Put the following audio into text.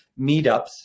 meetups